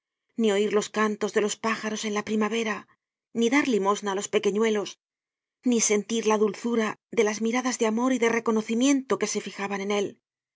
ni oir los cantos de los pájaros en la primavera ni dar limosna á los pequeñuelos ni sentir la dulzura de las miradas de amor y de reconocimiento que se fijaban en él